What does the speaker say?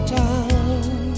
time